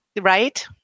Right